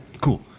cool